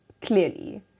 clearly